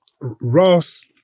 Ross